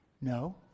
No